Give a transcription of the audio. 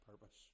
purpose